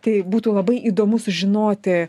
tai būtų labai įdomu sužinoti